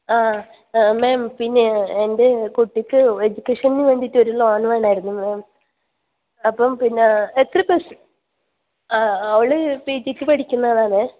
ആ മാം പിന്നെ എൻ്റെ കുട്ടിക്ക് എഡ്യൂക്കേഷന് വേണ്ടീട്ട് ഒരു ലോൺ വേണമായിരുന്നു മാം അപ്പം പിന്നെ എത്ര പ്രസൻ ആ അവൾ പി ജിക്ക് പഠിക്കുന്നതാണ്